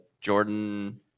Jordan